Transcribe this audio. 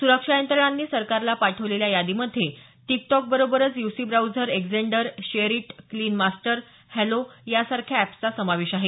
सुरक्षा यंत्रणांनी सरकारला पाठवलेल्या यादीमध्ये टिक टॉकबरोबरच UC browser Xender SHAREit clean master Helo यासारख्या एप्सचा समावेश आहे